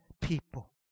people